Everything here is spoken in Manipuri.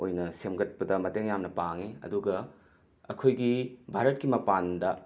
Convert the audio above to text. ꯑꯣꯏꯅ ꯁꯦꯝꯒꯠꯄꯗ ꯃꯇꯦꯡ ꯃꯌꯥꯝꯅ ꯄꯥꯡꯉꯤ ꯑꯗꯨꯒ ꯑꯩꯈꯣꯏꯒꯤ ꯚꯥꯔꯠꯀꯤ ꯃꯄꯥꯟꯗ